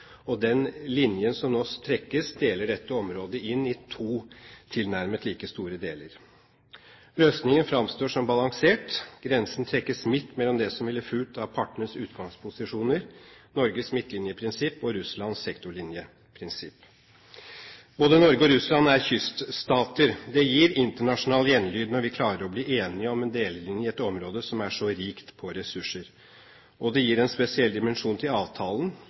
og den linjen som nå trekkes, deler dette området inn i to tilnærmet like store deler. Løsningen framstår som balansert. Grensen trekkes midt mellom det som ville fulgt av partenes utgangsposisjoner – Norges midtlinjeprinsipp og Russlands sektorlinjeprinsipp. Både Norge og Russland er kyststater. Det gir internasjonal gjenlyd når vi klarer å bli enige om en delelinje i et område som er så rikt på ressurser. Og det gir en spesiell dimensjon til avtalen,